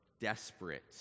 desperate